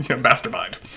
mastermind